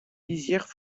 lisières